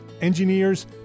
engineers